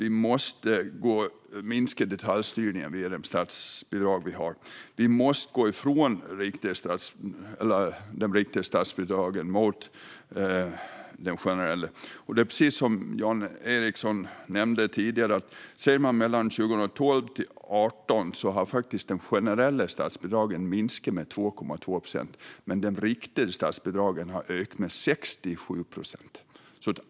Vi måste minska detaljstyrningen i de statsbidrag vi har och gå över från riktade statsbidrag till generella statsbidrag. Precis som Jan Ericson nämnde tidigare har de generella statsbidragen minskat med 2,2 procent mellan 2012 och 2018, medan de riktade statsbidragen har ökat med 67 procent.